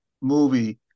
movie